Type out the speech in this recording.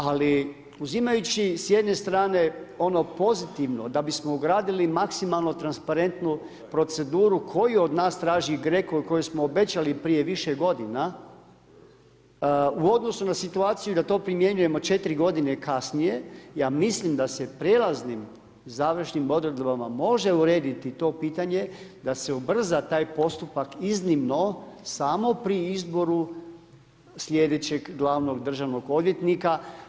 Ali uzimajući s jedne strane ono pozitivno da bi smo ugradili maksimalno transparentnu proceduru koju od nas traži GRECO koji smo obećali prije više godina u odnosu na situaciju da to primjenjujemo 4 godine kasnije, ja mislim da se prijelaznim i završnim odredbama može urediti to pitanje da se ubrza taj postupak iznimno samo pri izboru slijedećeg glavnog državnog odvjetnika.